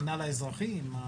המינהל האזרחי.